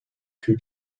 two